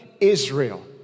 Israel